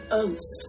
oats